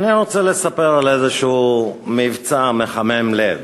אני רוצה לספר על איזה מבצע מחמם לב,